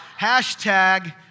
hashtag